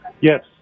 Yes